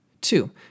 Two